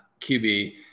QB